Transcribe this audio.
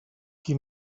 qui